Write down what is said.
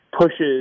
pushes